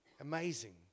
Amazing